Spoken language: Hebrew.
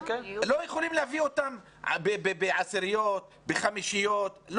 לא יכולים להביא אותם בעשיריות, חמישיות או